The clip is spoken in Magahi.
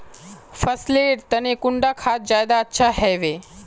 फसल लेर तने कुंडा खाद ज्यादा अच्छा हेवै?